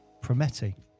Prometti